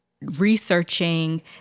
researching